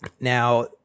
Now